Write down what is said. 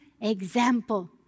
example